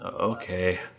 Okay